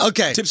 Okay